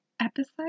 episode